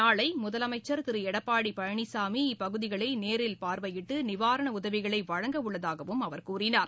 நாளை முதலமைச்சர் திரு எடப்பாடி பழனிசாமி இப்பகுதிகளை நேரில் பார்வையிட்டு நிவாரண உதவிகளை வழங்கவுள்ளதாகவும் அவர் கூறினார்